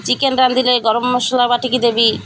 chicken ରାନ୍ଧିଲେ ଗରମ ମସଲା ବାଟିକି ଦେବି